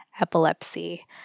epilepsy